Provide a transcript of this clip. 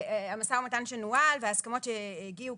המשא ומתן שנוהל וההסכמות שהגיעו,